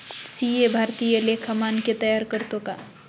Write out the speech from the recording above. CA भारतीय लेखा मानके तयार करतो का